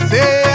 Say